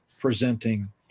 presenting